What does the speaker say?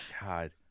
God